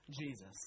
Jesus